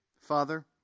Father